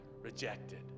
rejected